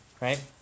right